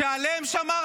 שהיית יו"ר